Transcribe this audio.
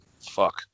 fuck